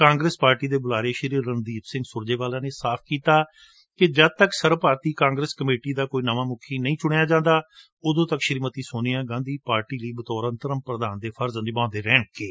Congress party ਦੇ ਬੁਲਾਰੇ ਰਣਦੀਪ ਸਿੰਘ ਨੇ ਸਾਫ ਕੀਤਾ ਕਿ ਜਦ ਤੱਕ ਸਰਬ ਭਾਰਤੀ ਕਾਂਗਰਸ ਕਮੇਟੀ ਦਾ ਕੋਈ ਨਵਾਂ ਮੁਖੀ ਨਹੀਂ ਚੁਣਿਆ ਜਾਂਦਾ ਉਦੋਂ ਤੱਕ ਸ੍ਰੀਮਤੀ ਸੋਨੀਆ ਗਾਂਧੀ ਪਾਰਟੀ ਲਈ ਬਤੌਰ ਅੰਤਰਮ ਪ੍ਰਧਾਨ ਦੇ ਫਰਜ਼ ਨਿਭਾਉਂਦੇ ਰਹਿਣਗੇ